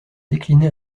décliné